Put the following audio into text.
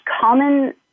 common